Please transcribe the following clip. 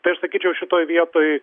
tai aš sakyčiau šitoj vietoj